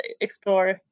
explore